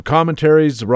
Commentaries